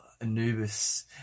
Anubis